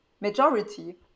majority